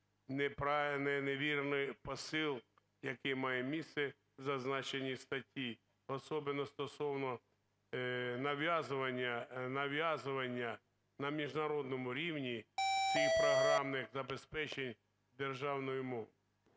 невірний посил, який має місце у зазначеній статті, особливо стосовно нав'язування на міжнародному рівні тих програмних забезпечень державною мовою.